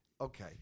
Okay